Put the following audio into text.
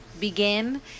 begin